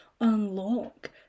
unlock